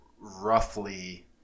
roughly